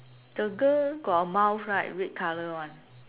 the girl got the mouth right red colour one